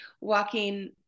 walking